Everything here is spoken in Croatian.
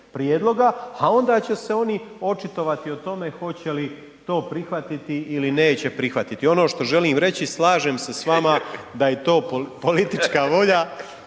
a onda će se oni očitovati o tome hoće li to prihvatiti ili neće prihvatiti. Ono što želim reći, slažem se s vama da je to politička volja,